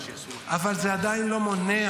אבל זה עדיין לא מונע